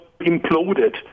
imploded